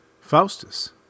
Faustus